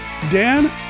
Dan